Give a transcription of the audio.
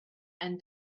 and